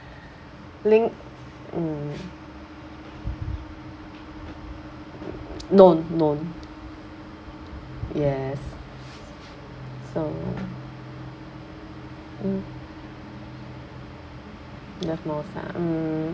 link mm no no yes so mm love most ah mm